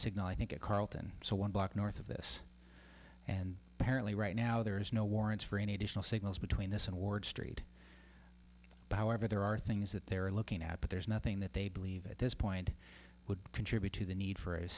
signal i think at carlton so one block north of this and apparently right now there is no warrants for any additional signals between this and ward street however there are things that they're looking at but there's nothing that they believe at this point would contribute to the need for a